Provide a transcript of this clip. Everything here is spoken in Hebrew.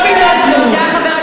לא בגלל כלום,